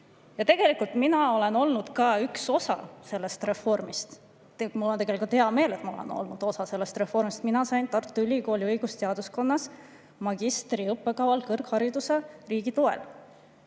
Tegelikult mina olen olnud ka üks osa sellest reformist. Ja mul on tegelikult hea meel, et ma olen olnud osa sellest reformist: ma sain Tartu Ülikooli õigusteaduskonnas magistri õppekaval kõrghariduse riigi toel.